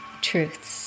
truths